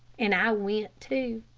and i went, too.